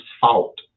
fault